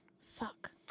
Fuck